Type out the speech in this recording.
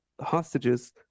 hostages